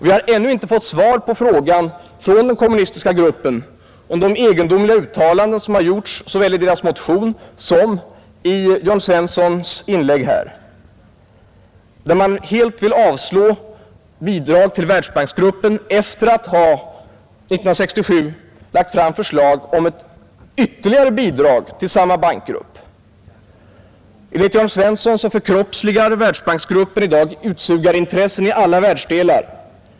Vi har ännu inte av den kommunistiska gruppen fått svar på frågan om de egendomliga uttalanden som gjorts såväl i dess motion som i herr Jörn Svenssons inlägg, enligt vilka man helt avslår bidrag till Världsbanksgruppen efter det att man år 1967 lade fram förslag om ytterligare ett bidrag till samma bankgrupp. Enligt herr Svensson i Malmö förkroppsligar Världsbanksgruppen i dag utsugarintressen i alla världsdelar.